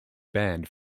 banned